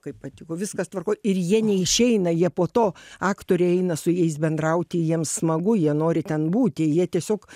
kaip patiko viskas tvarkoj ir jie neišeina jie po to aktoriai eina su jais bendrauti jiems smagu jie nori ten būti jie tiesiog